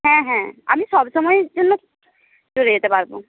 হ্যাঁ হ্যাঁ আমি সবসময়ের জন্য চলে যেতে পারব